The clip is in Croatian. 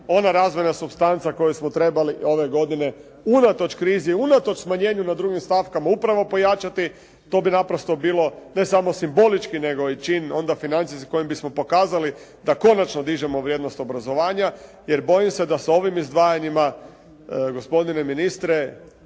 ona razvojna supstanca koju smo trebali ove godine unatoč krizi, unatoč smanjenju na drugim stavkama upravo pojačati to bi naprosto bilo ne samo simbolički nego i čin onda financijski kojim bismo pokazali da konačno dižemo vrijednost obrazovanja jer bojim se da s ovim izdvajanjima gospodine ministre